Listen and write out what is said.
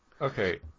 Okay